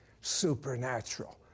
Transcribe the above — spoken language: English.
supernatural